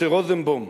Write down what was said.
משה רוזנבוים,